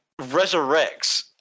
resurrects